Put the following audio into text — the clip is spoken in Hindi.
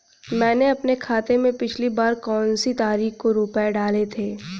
मैंने अपने खाते में पिछली बार कौनसी तारीख को रुपये डाले थे?